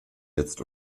jetzt